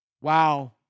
Wow